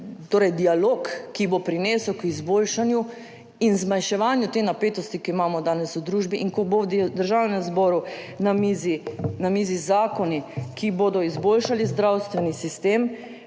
in dialog, ki bo prinesel k izboljšanju in zmanjševanju te napetosti, ki jo imamo danes v družbi, in ko bodo v Državnem zboru na mizi zakoni, ki bodo izboljšali zdravstveni sistem,